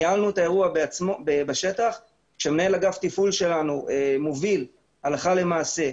ניהלנו את האירוע בשטח כשמנהל אגף תפעול שלנו מוביל הלכה למעשה.